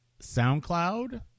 SoundCloud